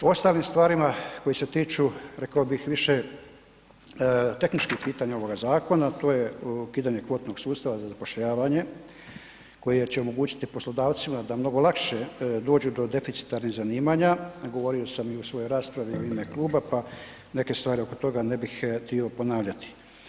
U ostalim stvarima koje se tiču rekao bih više tehničkih pitanja ovoga zakona a to je ukidanje kvotnog sustava za zapošljavanje koje će omogućiti poslodavcima da mnogo lakše dođu do deficitarnih zanimanja, govorio sam i u svojoj raspravi i u ime kluba, pa neke stvari oko toga ne bih htio ponavljati.